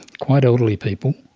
quite elderly people,